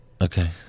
Okay